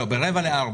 אנחנו מחדשים את הדיון.